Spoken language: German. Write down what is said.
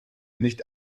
nicht